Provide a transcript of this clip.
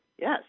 Yes